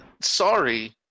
sorry